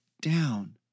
down